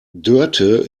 dörte